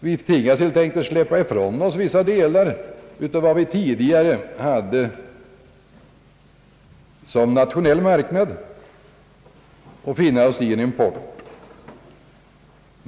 Vi tvingas helt enkelt att släppa ifrån oss vissa delar av vår nationella marknad och finna oss i en import.